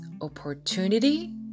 opportunity